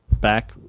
back